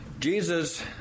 Jesus